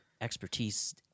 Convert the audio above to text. expertise